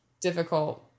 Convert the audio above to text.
difficult